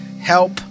help